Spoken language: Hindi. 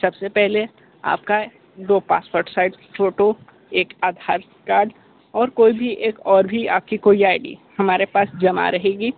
सबसे पहले आपका दो पासपोर्ट साइज़ फोटो एक आधार कार्ड और कोई भी एक और भी आपकी कोई आई डी हमारे पास जमा रहेगी